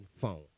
phone